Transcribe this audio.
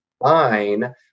fine